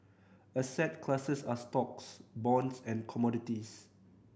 asset classes are stocks bonds and commodities